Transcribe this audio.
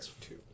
two